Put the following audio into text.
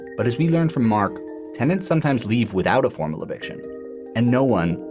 but as we learned from mark tenant, sometimes leave without a formal eviction and no one,